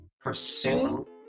pursue